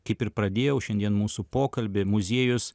kaip ir pradėjau šiandien mūsų pokalbį muziejus